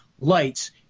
lights